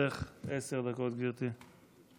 לרשותך עשר דקות, גברתי.